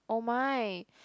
!oh my!